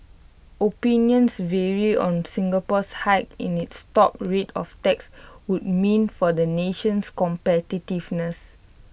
opinions vary on Singapore's hike in its top rate of tax would mean for the nation's competitiveness